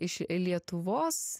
iš lietuvos